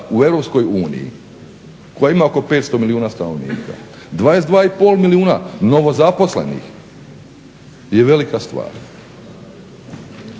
u EU koja ima oko 500 milijuna stanovnika. 22,5 milijuna novozaposlenih je velika stvar.